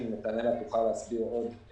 ה לא משהו שאני יכולה לתת עליו את התשובה.